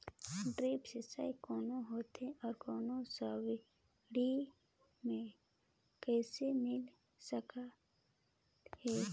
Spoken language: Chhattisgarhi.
ड्रिप सिंचाई कौन होथे अउ सब्सिडी मे कइसे मिल सकत हे?